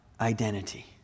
identity